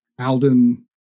Alden